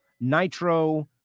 Nitro